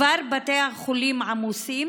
כבר בתי החולים עמוסים,